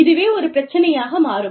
இதுவே ஒரு பிரச்சினையாக மாறும்